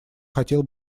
хотел